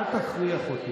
על מה אתה מדבר?